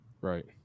Right